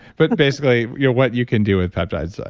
but and basically, yeah what you can do with peptides.